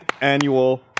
annual